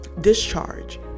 discharge